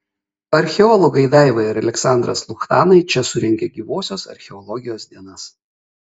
archeologai daiva ir aleksandras luchtanai čia surengė gyvosios archeologijos dienas